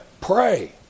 Pray